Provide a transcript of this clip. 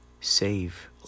save